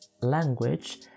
language